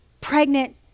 pregnant